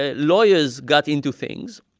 ah lawyers got into things.